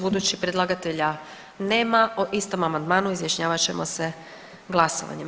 Budući predlagatelja nema o istom amandmanu izjašnjavat ćemo se glasovanjem.